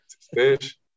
fish